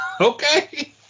okay